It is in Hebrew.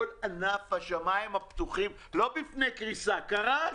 כל ענף השמיים הפתוחים לא בפני קריסה אלא כבר קרס.